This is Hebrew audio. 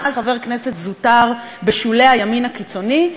אז חבר כנסת זוטר בשולי הימין הקיצוני,